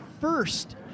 first